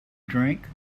drink